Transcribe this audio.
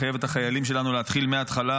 לחייב את החיילים שלנו להתחיל מההתחלה